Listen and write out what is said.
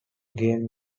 game